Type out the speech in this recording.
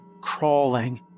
crawling